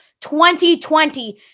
2020